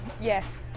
Yes